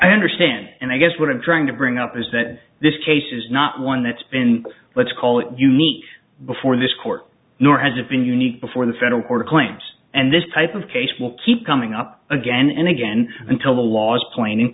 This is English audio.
i understand and i guess what i'm trying to bring up is that this case is not one that's been let's call it unique before this court nor has it been unique before the federal court of claims and this type of case will keep coming up again and again until the last point